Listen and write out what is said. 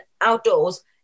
outdoors